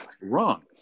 wrong